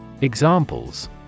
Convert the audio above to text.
Examples